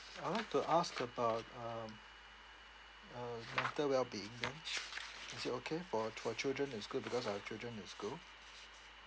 I would like to ask about um a letter well being then is it okay for for children is good because our children in school